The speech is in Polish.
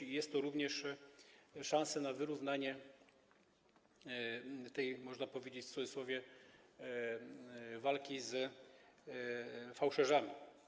I jest to również szansa na wyrównanie tej, można powiedzieć w cudzysłowie, walki z fałszerzami.